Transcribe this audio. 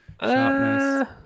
sharpness